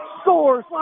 scores